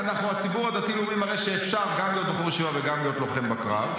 הציבור הדתי-לאומי מראה שאפשר גם להיות בחור ישיבה וגם להיות לוחם בקרב,